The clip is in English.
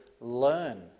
learn